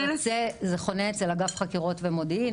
זה חונה אצל אגף חקירות ומודיעין,